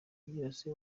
byose